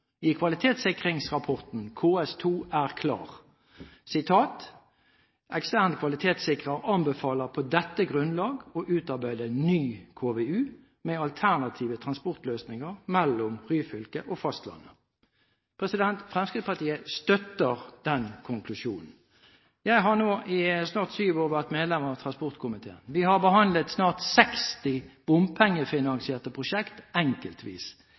i kvalitetssikringsrapporten KS2 er klar. Jeg siterer: «EKS» – ekstern kvalitetssikrer – «anbefaler på dette grunnlaget å utarbeide ny KVU, med alternative transportløsninger mellom Ryfylke og fastlandet.» Fremskrittspartiet støtter den konklusjonen. Jeg har nå i snart syv år vært medlem av transportkomiteen, og vi har snart behandlet 60 bompengefinansierte prosjekter – enkeltvis.